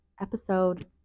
episode